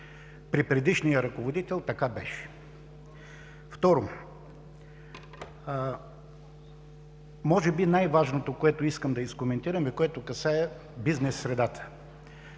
При предишния ръководител така беше. Второ, може би най-важното, което искам да изкоментирам и което касае бизнес средата.